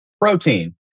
Protein